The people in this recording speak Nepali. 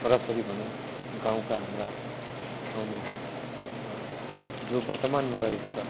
छोराछोरी भनौँ गाउँका हाम्रा आउने जो वर्तमानमा रहेको छ